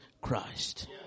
Christ